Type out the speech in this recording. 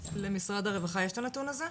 למשרד הרווחה יש את הנתון הזה?